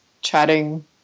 chatting